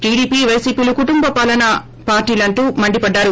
TDP వైసీపీలు కుటుంబ పాలన పార్టీలంటూ మండిపడ్డారు